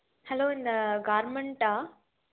hello இந்த கார்மெண்டா